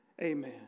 amen